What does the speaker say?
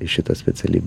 į šitą specialybę